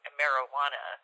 marijuana